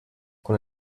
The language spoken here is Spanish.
con